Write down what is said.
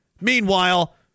Meanwhile